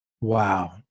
Wow